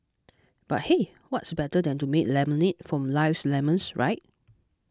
but hey what's better than to make lemonade from life's lemons right